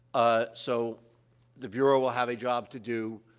ah, so the bureau will have a job to do.